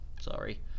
Sorry